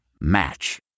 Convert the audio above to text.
Match